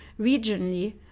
regionally